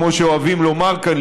כמו שאוהבים לומר כאן,